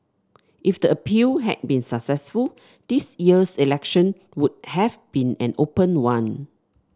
if the appeal had been successful this year's election would have been an open one